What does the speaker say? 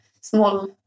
small